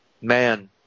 Man